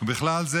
ובכלל זה,